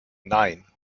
nein